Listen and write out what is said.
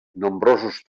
nombrosos